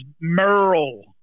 Merle